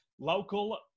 local